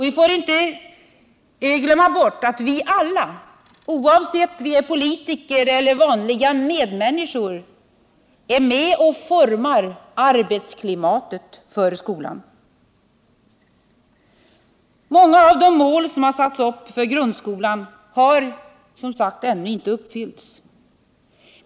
Vi får inte glömma bort att vi alla, oavsett om vi är politiker eller vanliga medmänniskor, är med och formar arbetsklimatet för skolan. Många av de mål som satts upp för grundskolan har ännu inte uppfyllts.